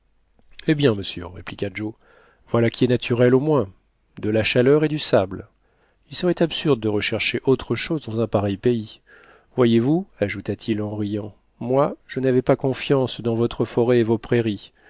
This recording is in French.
eh bien monsieur répliqua joe voilà qui est naturel au moins de la chaleur et du sable il serait absurde de rechercher autre chose dans un pareil pays voyez-vous ajouta-t-il en riant moi je n'avais pas confiance dans vos forêts et vos prairies